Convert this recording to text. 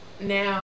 now